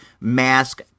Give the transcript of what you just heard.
mask